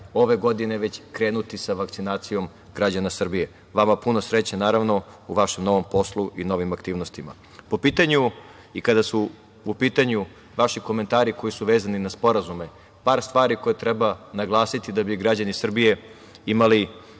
ove godine već krenuti sa vakcinacijom građana Srbije. Vama puno sreće, naravno u vašem novom poslu i novim aktivnostima. Po pitanju i kada su u pitanju vaši komentari koji su vezani za sporazume. Par stvari koje treba naglasiti da bi građani Srbije imali